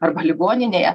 arba ligoninėje